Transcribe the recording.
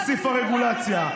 הוסיפה רגולציה,